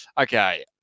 Okay